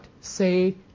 say